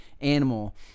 animal